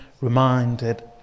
reminded